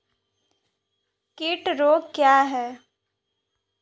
कीट रोग क्या है?